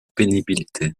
pénibilité